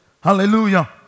Hallelujah